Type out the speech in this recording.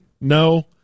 No